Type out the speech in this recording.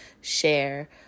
share